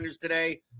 Today